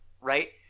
right